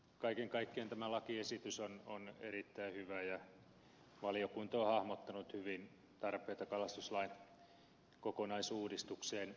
kaiken kaikkiaan tämä lakiesitys on erittäin hyvä ja valiokunta on hahmottanut hyvin tarpeita kalastuslain kokonaisuudistukseen